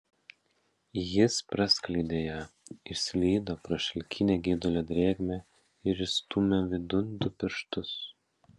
jis praskleidė ją įslydo pro šilkinę geidulio drėgmę ir įstūmė vidun du pirštus